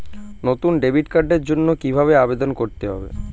নতুন ডেবিট কার্ডের জন্য কীভাবে আবেদন করতে হবে?